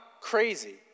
crazy